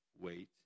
Wait